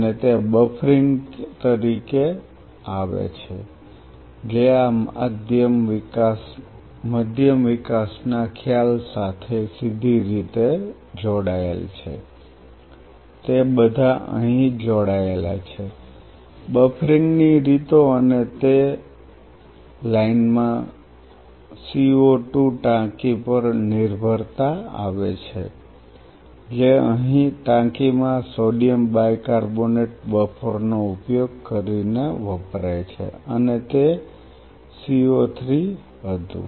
અને તે બફરિંગ તરીકે આવે છે જે આ મધ્યમ વિકાસ ના ખ્યાલ સાથે સીધી રીતે જોડાયેલ છે તે બધા અહીં જોડાયેલા છે બફરિંગની રીતો અને તે લાઇનમાં CO2 ટાંકી પર નિર્ભરતા આવે છે જે અહીં ટાંકીમાં સોડિયમ બાયકાર્બોનેટ બફરનો ઉપયોગ કરીને વપરાય છે અને તે CO3 હતું